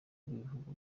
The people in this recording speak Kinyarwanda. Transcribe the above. rw’ibihugu